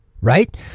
right